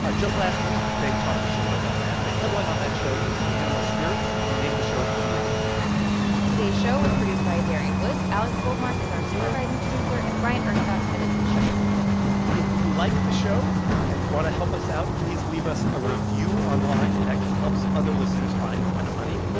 ah just last week, they talked to shiller about that. the headline on that show is animal spirits. and the name of the show is the indicator today's show was produced by darian woods. alex goldmark is our supervising producer. and bryant urstadt edits the show if you like the show and want to help us out, please leave us a review online. it actually helps other listeners find planet money.